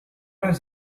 does